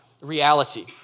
reality